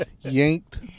yanked